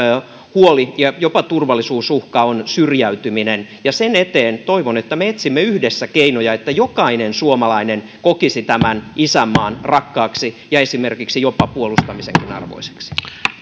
huoli ja jopa turvallisuusuhka on syrjäytyminen sen eteen toivon että me etsimme yhdessä keinoja että jokainen suomalainen kokisi tämä isänmaan rakkaaksi ja esimerkiksi jopa puolustamisenkin arvoiseksi nyt